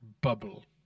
bubble